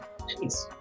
Jeez